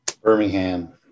Birmingham